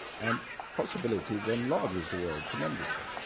and possibilities enlarge the world tremendously.